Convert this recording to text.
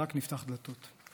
שרק נפתח דלתות.